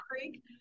Creek